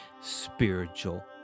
spiritual